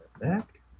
back